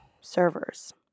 Servers